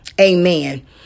Amen